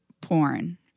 porn